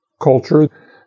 culture